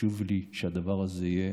חשוב לי שהדבר הזה יהיה